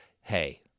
hey